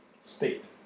state